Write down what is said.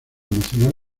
nacional